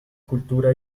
cultura